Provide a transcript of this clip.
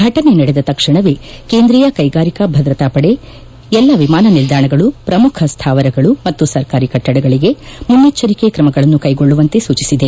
ಫಟನೆ ನಡೆದ ತಕ್ಷಣವೇ ಕೇಂದ್ರೀಯ ಕೈಗಾರಿಕಾ ಭದ್ರತಾ ಪಡೆ ಎಲ್ಲ ವಿಮಾನ ನಿಲ್ದಾಣಗಳು ಪ್ರಮುಖ ಸ್ವಾವರಗಳು ಮತ್ತು ಸರ್ಕಾರಿ ಕಟ್ವದಗಳಿಗೆ ಮುನ್ನೆಚ್ಚರಿಕೆ ಕ್ರಮಗಳನ್ನು ಕೈಗೊಳ್ಳುವಂತೆ ಸೂಚಿಸಿದೆ